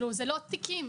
זה לא תיקים.